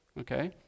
Okay